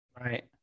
right